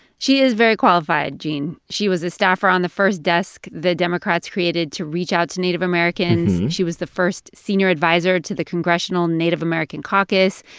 she is very qualified, gene. she was a staffer on the first desk the democrats created to reach out to native americans. she was the first senior adviser to the congressional native american caucus.